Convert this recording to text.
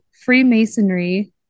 Freemasonry